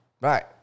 Right